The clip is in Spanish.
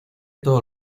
todos